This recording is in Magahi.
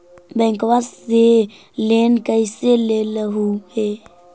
बैंकवा से लेन कैसे लेलहू हे?